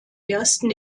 ersten